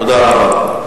תודה רבה.